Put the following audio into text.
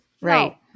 Right